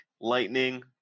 lightning